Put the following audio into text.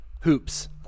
Hoops